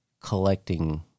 Collecting